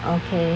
okay